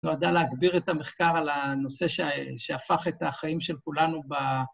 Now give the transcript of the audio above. נועדה להגביר את המחקר על הנושא שהפך את החיים של כולנו ב...